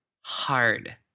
hard